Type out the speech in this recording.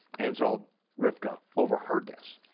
and so rivkah overheard this,